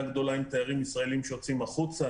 גדולה עם תיירים ישראלים שיוצאים החוצה.